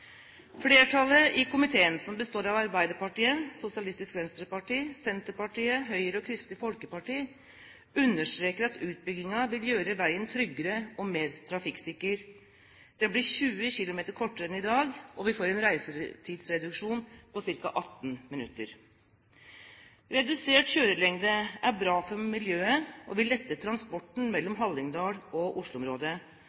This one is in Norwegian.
Flertallet i komiteen, som består av Arbeiderpartiet, Sosialistisk Venstreparti, Senterpartiet, Høyre og Kristelig Folkeparti, understreker at utbyggingen vil gjøre veien tryggere og mer trafikksikker. Den blir 20 km kortere enn i dag, og vi får en reisetidsreduksjon på ca. 18 minutter. Redusert kjørelengde er bra for miljøet og vil lette transporten